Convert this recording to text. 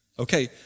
Okay